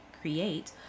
create